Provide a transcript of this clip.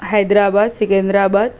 Hyderabad Secunderabad